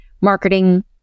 marketing